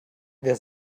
wer